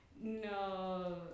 no